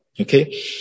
Okay